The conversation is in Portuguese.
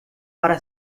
para